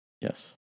Yes